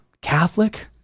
Catholic